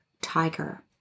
Tiger